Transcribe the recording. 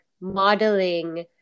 modeling